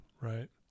Right